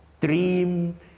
dream